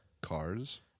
Cars